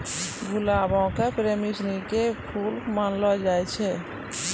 गुलाबो के प्रेमी सिनी के फुल मानलो गेलो छै